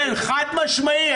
כן, חד-משמעית.